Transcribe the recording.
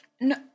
No